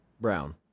Brown